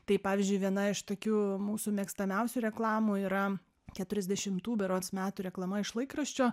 tai pavyzdžiui viena iš tokių mūsų mėgstamiausių reklamų yra keturiasdešimtų berods metų reklama iš laikraščio